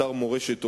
אתר מורשת עולמית,